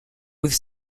with